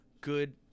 good